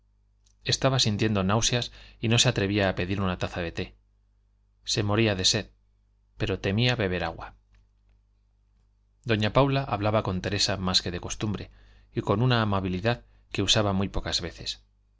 estaba sintiendo náuseas y no se atrevía a pedir una taza de té se moría de sed pero temía beber agua doña paula hablaba con teresa más que de costumbre y con una amabilidad que usaba muy pocas veces